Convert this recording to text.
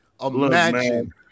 imagine